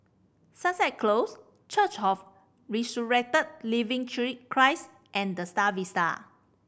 Sunset Close Church of Resurrected Living Christ and The Star Vista